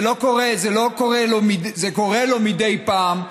זה קורה לו מדי פעם,